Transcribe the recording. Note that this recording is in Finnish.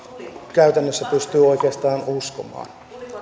käytännössä pystyy oikeastaan uskomaan